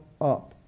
up